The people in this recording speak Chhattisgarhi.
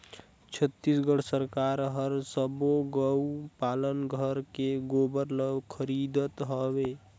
छत्तीसगढ़ सरकार हर सबो गउ पालन घर के गोबर ल खरीदत हवे